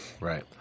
Right